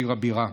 עיר הבירה.